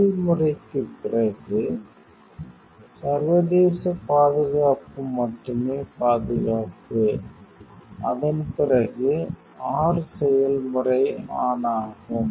செயல்முறைக்குப் பிறகு சர்வதேச பாதுகாப்பு மட்டுமே பாதுகாப்பு அதன் பிறகு r செயல்முறை ஆன் ஆகும்